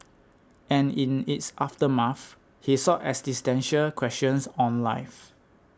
and in its aftermath he sought existential questions on life